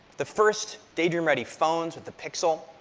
the first daydream-ready phones, with the pixel.